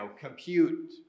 compute